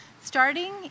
Starting